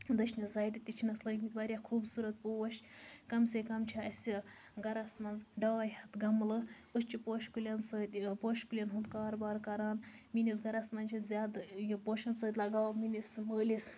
دٔچھنہٕ سایڈٕ تہِ چھِنَس لٲگمٕتۍ واریاہ خوٗبصوٗرت پوش کَم سے کَم چھِ اَسہِ گرَس منٛز ڈاے ہَتھ گَملہٕ أسۍ چھِ پوشہٕ کُلیٚن سۭتۍ پوشہٕ کُلیٚن ہُنٛد کاروبار کران میٛٲنِس گرَس منٛز چھُ زیادٕ یہِ پوشَن سۭتۍ لَگاو میٛٲنِس مٲلِس